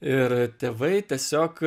ir tėvai tiesiog